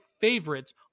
favorites